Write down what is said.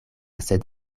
sed